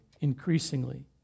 increasingly